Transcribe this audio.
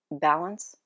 balance